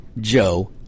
Joe